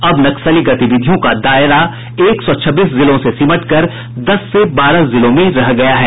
अब नक्सली गतिविधियों का दायरा एक सौ छब्बीस जिलों से सिमटकर दस से बारह जिलों में रह गया है